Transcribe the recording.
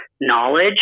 knowledge